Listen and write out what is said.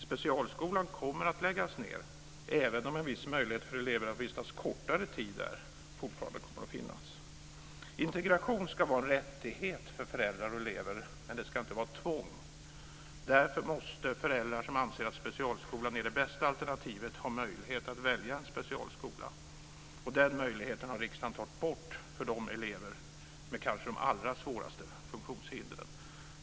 Specialskolan kommer att läggas ned, även om en viss möjlighet för eleverna att vistas en kortare tid där fortsatt kommer att finnas. Integration ska vara en rättighet för föräldrar och elever men det ska inte vara ett tvång. Därför måste föräldrar som anser att specialskolan är det bästa alternativet ha möjlighet att välja specialskola. Den möjligheten har riksdagen tagit bort för elever med de kanske allra svåraste funktionshindren.